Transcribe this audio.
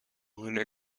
lunar